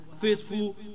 faithful